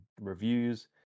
reviews